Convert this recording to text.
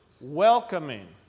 Welcoming